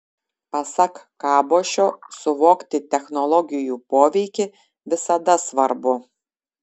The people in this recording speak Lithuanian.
pasak kabošio suvokti technologijų poveikį visada svarbu